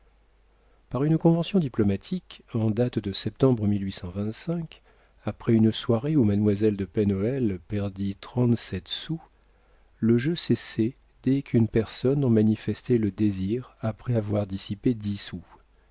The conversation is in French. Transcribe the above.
par une convention diplomatique en date de septembre après une soirée où mademoiselle de pen hoël perdit trente-sept sous le jeu cessait dès qu'une personne en manifestait le désir après avoir dissipé dix sous